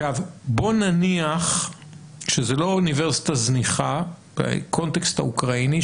בוא נניח שזה לא אוניברסיטה זניחה בקונטקסט האוקראיני,